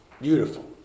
beautiful